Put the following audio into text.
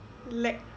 lag